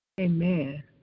Amen